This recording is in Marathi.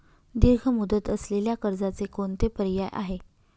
दीर्घ मुदत असलेल्या कर्जाचे कोणते पर्याय आहे?